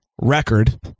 record